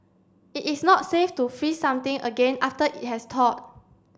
it is not safe to freeze something again after it has thawed